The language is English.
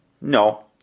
No